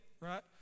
Right